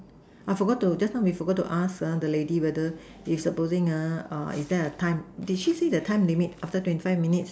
I forgot to just now we forgot to ask uh the lady whether if supposing uh is there a time did she say the time limit after twenty five minutes